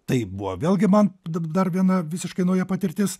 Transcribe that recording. tai buvo vėlgi man dar viena visiškai nauja patirtis